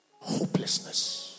hopelessness